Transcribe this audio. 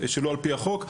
שלא על פי החוק,